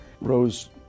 Rose